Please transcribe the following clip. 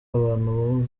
abantu